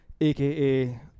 aka